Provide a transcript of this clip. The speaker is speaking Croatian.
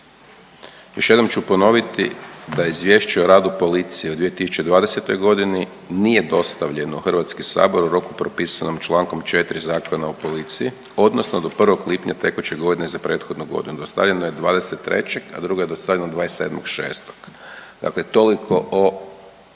Još jednom ću ponoviti da je Izvješće o radu policije u 2020. nije dostavljeno u HS u roku propisanom čl. 4 Zakona o policiji odnosno do 1. lipnja tekuće godine za prethodnu godinu. Dostavljeno je 23., a drugo je dostavljeno 27.6. Dakle toliko o